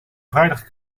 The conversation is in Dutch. vrijdag